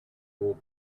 will